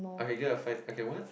okay get a fight okay what